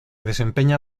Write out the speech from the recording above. desempeña